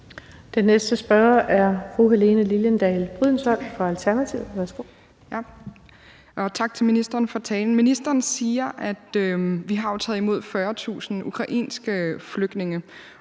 Værsgo. Kl. 10:12 Helene Liliendahl Brydensholt (ALT): Tak til ministeren for talen. Ministeren siger, at vi jo har taget imod 40.000 ukrainske flygtninge.